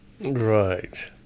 Right